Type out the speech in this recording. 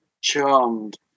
charmed